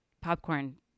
popcorn